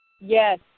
Yes